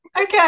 Okay